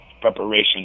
preparation